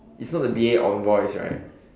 it's not the B_A on voice right